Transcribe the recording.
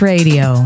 Radio